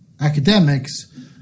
academics